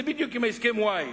זה בדיוק כמו הסכם-וואי.